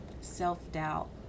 self-doubt